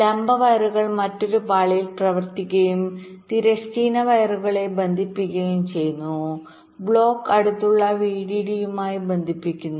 ലംബ വയറുകൾ മറ്റൊരു പാളിയിൽ പ്രവർത്തിക്കുകയും തിരശ്ചീന വയറുകളെ ബന്ധിപ്പിക്കുകയും ചെയ്യുന്നു ബ്ലോക്ക് അടുത്തുള്ള VDD യുമായി ബന്ധിപ്പിക്കുന്നു